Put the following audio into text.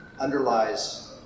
underlies